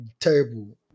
terrible